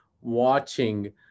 watching